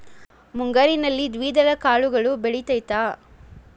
ಮುಂಗಾರಿನಲ್ಲಿ ದ್ವಿದಳ ಕಾಳುಗಳು ಬೆಳೆತೈತಾ?